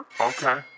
Okay